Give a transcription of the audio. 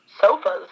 sofas